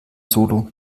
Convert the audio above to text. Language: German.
solo